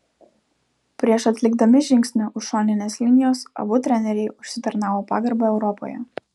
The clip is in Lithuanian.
prieš atlikdami žingsnį už šoninės linijos abu treneriai užsitarnavo pagarbą europoje